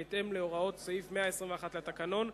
בהתאם להוראות סעיף 121 לתקנון,